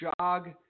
jog